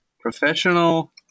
professional